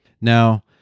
Now